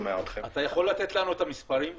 אתה יכול לתת לנו את המספרים בבקשה?